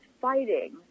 fighting